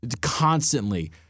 Constantly